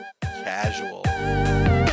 casual